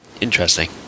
Interesting